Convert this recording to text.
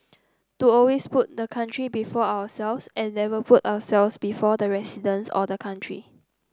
to always put the country before ourselves and never put ourselves before the residents or the country